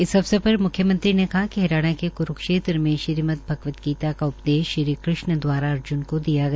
इस अवसर पर मुख्यमंत्री ने कहा कि हरियाणा के कुरूक्षेत्रदध में श्रीमद भगवत गीता का उपदेश श्री कृष्ण दवारा अर्ज्न को दिया गया